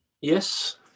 yes